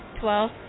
Twelve